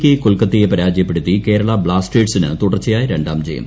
K കൊൽക്കത്തയെ പരാജയപ്പെടുത്തി കേരള ബ്ലാസ്റ്റേഴ്സിന് തുടർച്ചയായ രണ്ടാം ജയം